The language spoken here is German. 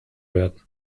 werden